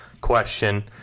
question